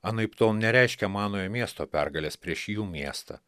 anaiptol nereiškia mano miesto pergalės prieš jų miestą